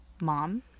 mom